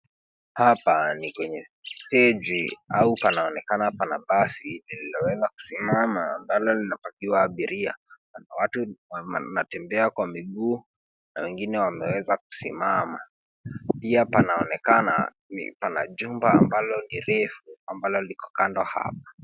Hapa ni kwenye steji au panaonekana pana basi liloweza kusimama ambalo linapakiwa abiria na watu wanatembea kwa miguu na wengine wameweza kusimama. Pia panaonekana pana jumba ambalo ni refu ambalo liko kando hapa.